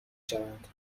شوند